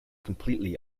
completely